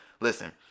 listen